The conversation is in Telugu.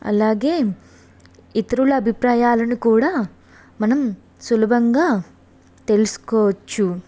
అలాగే ఇతరుల అభిప్రాయాలను కూడా మనం సులభంగా తెలుసుకోవచ్చు